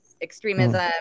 extremism